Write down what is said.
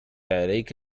عليك